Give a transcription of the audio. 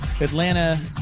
Atlanta